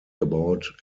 about